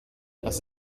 das